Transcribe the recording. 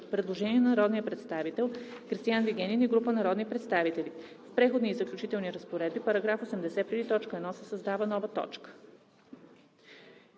Предложение на народния представител Кристиан Вигенин и група народни представители: „В Преходни и заключителни разпоредби, § 80 преди т. 1 се създава нова точка: